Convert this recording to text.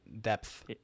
depth